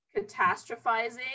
catastrophizing